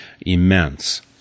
immense